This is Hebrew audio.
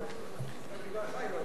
זה בגללך, יואל.